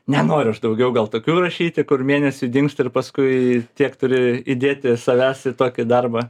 nenoriu aš daugiau gal tokių rašyti kur mėnesiui dingstu ir paskui tiek turi įdėti savęs į tokį darbą